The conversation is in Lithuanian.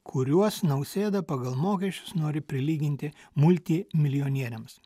kuriuos nausėda pagal mokesčius nori prilyginti multimilijonieriams